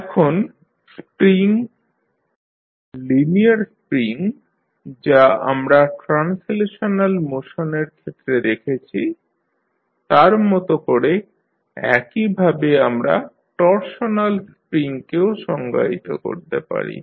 এখন spring linear spring যা আমরা ট্রান্সলেশনাল মোশনের ক্ষেত্রে দেখেছি তার মতো করে একইভাবে আমরা টরশনাল স্প্রিং কেও সংজ্ঞায়িত করতে পারি